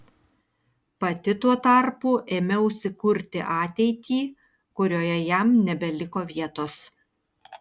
pati tuo tarpu ėmiausi kurti ateitį kurioje jam nebeliko vietos